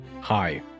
hi